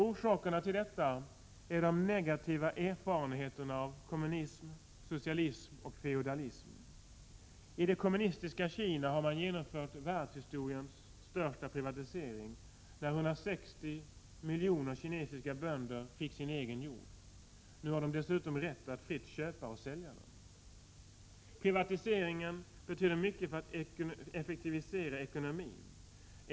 Orsakerna till detta är de negativa erfarenheterna av kommunism, socialism och feodalism. I det kommunistiska Kina har man genomfört världshistoriens största privatisering när 160 miljoner kinesiska bönder fått sin egen jord. Nu har de dessutom rätt att fritt köpa och sälja den. Privatiseringen betyder mycket för att effektivisera ekonomin.